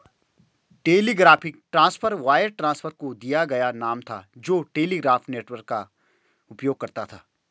telegraphic transfer wire transfer को दिया गया नाम था जो टेलीग्राफ नेटवर्क का उपयोग करता था